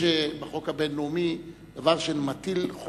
יש בחוק הבין-לאומי דבר של מטיל חובה.